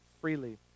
freely